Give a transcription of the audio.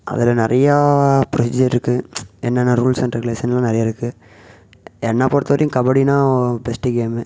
அதில் நிறையா புரொசீஜர் இருக்குது என்னென்ன ரூல்ஸ் அண்ட் ரெகுலேஷன்லாம் நிறைய இருக்குது என்ன பொறுத்த வரையும் கபடின்னால் பெஸ்ட்டு கேம்மு